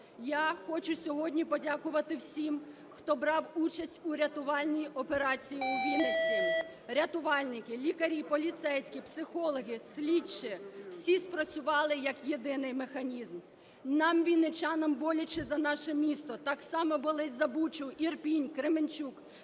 Я хочу сьогодні подякувати всім, хто брав участь у рятувальній операції у Вінниці. Рятувальники, лікарі, поліцейські, психологи, слідчі – всі спрацювали, як єдиний механізм. Нам вінничанам боляче за наше місто, так само болить за Бучу, Ірпінь, Кременчук,